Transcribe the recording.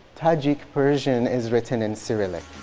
tajik persian is written in cyrillic.